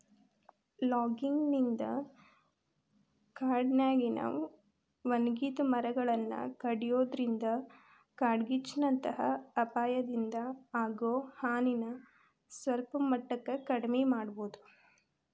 logging ನಿಂದ ಕಾಡಿನ್ಯಾಗಿನ ಒಣಗಿದ ಮರಗಳನ್ನ ಕಡಿಯೋದ್ರಿಂದ ಕಾಡ್ಗಿಚ್ಚಿನಂತ ಅಪಾಯದಿಂದ ಆಗೋ ಹಾನಿನ ಸಲ್ಪಮಟ್ಟಕ್ಕ ಕಡಿಮಿ ಮಾಡಬೋದು